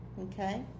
okay